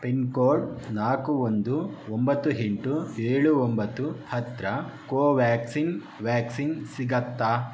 pin code ನಾಲ್ಕು ಒಂದು ಒಂಬತ್ತು ಎಂಟು ಏಳು ಒಂಬತ್ತು ಹತ್ತಿರ ಕೋವ್ಯಾಕ್ಸಿನ್ ವ್ಯಾಕ್ಸಿನ್ ಸಿಗತ್ತಾ